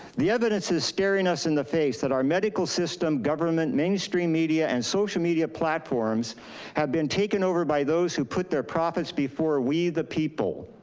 the evidence is staring us in the face that our medical system, government, mainstream media and social media platforms have been taken over by those who put their profits before we, the people.